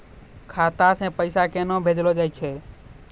खाता से पैसा केना भेजलो जाय छै?